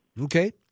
Okay